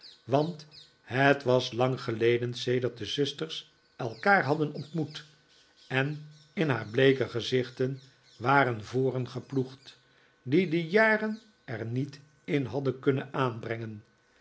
want het was lang geledeh sedert de zusters elkaar hadden ontmoet en in haar bleeke gezichten waren voren geploegd die de jaren er niet in hadden kunnen aanbrengen